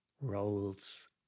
roles